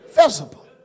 visible